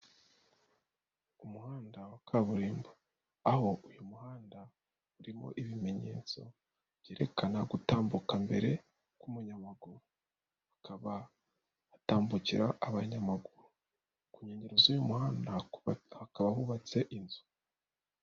Ku muhanda wa kaburimbo aho uyu muhanda urimo ibimenyetso byerekana gutambuka mbere k'umunyamaguru hakaba hatambukira abanyamaguru ku nkengero z'uyu muhanda hakaba hubatse inzu.